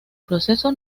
proceso